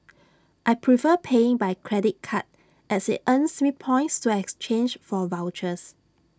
I prefer paying by credit card as IT earns me points to exchange for vouchers